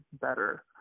better